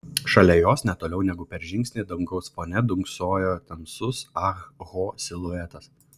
šalia jos ne toliau negu per žingsnį dangaus fone dunksojo tamsus ah ho siluetas